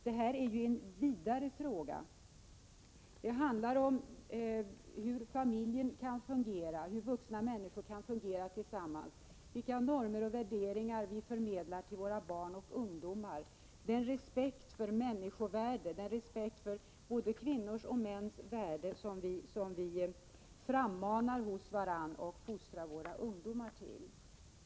Det här är ju en vidare fråga; det handlar om hur familjen fungerar, hur vuxna människor fungerar tillsammans, vilka normer och värderingar vi förmedlar till våra barn och ungdomar, vilken respekt för människovärde — respekt för både kvinnors och mäns värde — som vi frammanar hos varandra och fostrar våra ungdomar till.